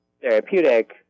therapeutic